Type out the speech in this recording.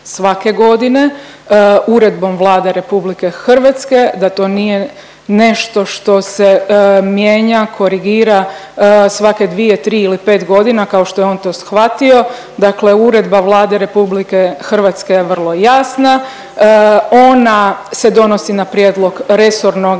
svake godine Uredbom Vlade RH, da to nije nešto što se mijenja, korigira svake dvije, tri ili pet godina, kao što je on to shvatio, dakle Uredba Vlade RH je vrlo jasna, ona se donosi na prijedlog resornoga